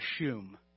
assume